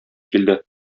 килде